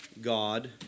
God